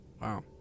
Wow